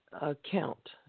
account